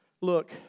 Look